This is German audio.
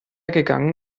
gegangen